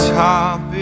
top